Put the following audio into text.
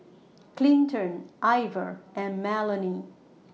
Clinton Iver and Melony